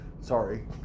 Sorry